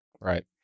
right